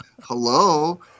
hello